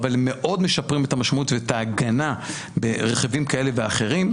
אבל הם מאוד משפרים את המשמעות ואת ההגנה ברכיבים כאלה ואחרים,